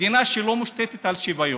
מדינה שלא מושתתת על שוויון,